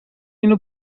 اینو